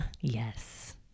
Yes